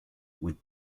with